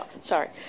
sorry